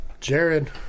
Jared